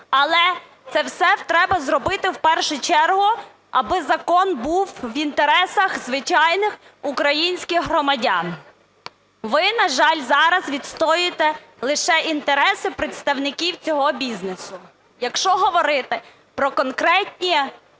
Але це все треба зробити в першу чергу, аби закон був в інтересах звичайних українських громадян. Ви, на жаль, зараз відстоюєте лише інтереси представників цього бізнесу. Якщо говорити про конкретні